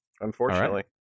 unfortunately